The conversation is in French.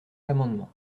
l’amendement